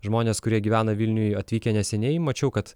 žmonės kurie gyvena vilniuj atvykę neseniai mačiau kad